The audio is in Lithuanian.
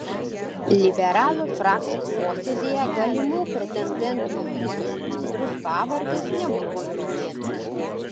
liberalų frakcijos posėdyje galimų pretendentų į ūkio ministrus pavardės nebuvo minėtos